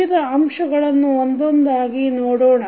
ವಿವಿಧ ಅಂಶಗಳನ್ನು ಒಂದೊಂದಾಗಿ ನೋಡೋಣ